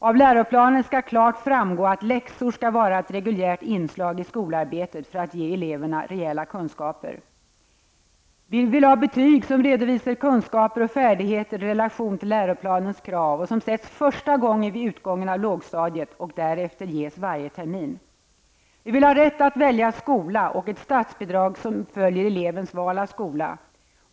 Av läroplanen skall klart framgå att läxor skall vara ett reguljärt inslag i skolarbetet för att ge eleverna rejäla kunskaper. Vi vill ha betyg som redovisar kunskaper och färdigheter i relation till läroplanens krav och som sätts första gången vid utgången av lågstadiet och därefter ges varje termin. Vi vill ha rätt att välja skola och ett statsbidrag som följer elevens val av skola.